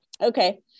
Okay